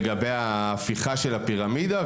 לגבי ההפיכה של הפירמידה,